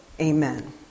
amen